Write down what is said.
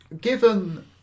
Given